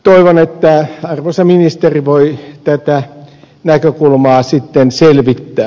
toivon että arvoisa ministeri voi tätä näkökulmaa sitten selvittää